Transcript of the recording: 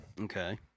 Okay